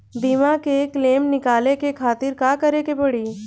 बीमा के क्लेम निकाले के खातिर का करे के पड़ी?